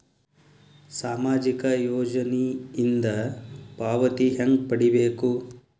ಸಾಮಾಜಿಕ ಯೋಜನಿಯಿಂದ ಪಾವತಿ ಹೆಂಗ್ ಪಡಿಬೇಕು?